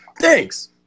Thanks